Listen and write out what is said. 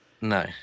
No